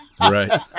Right